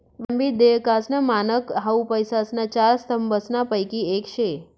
विलंबित देयकासनं मानक हाउ पैसासना चार स्तंभसनापैकी येक शे